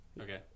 Okay